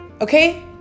Okay